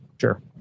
sure